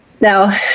now